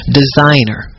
designer